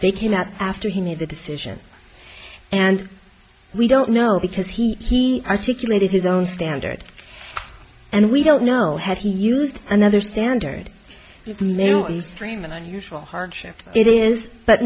they came out after he made the decision and we don't know because he articulated his own standards and we don't know had he used another standard he made a stream an unusual hardship it is but